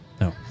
No